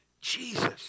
Jesus